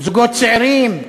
זוגות צעירים,